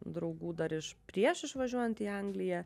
draugų dar iš prieš išvažiuojant į angliją